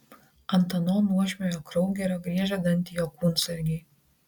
ant ano nuožmiojo kraugerio griežia dantį jo kūnsargiai